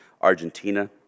Argentina